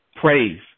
praise